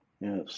Yes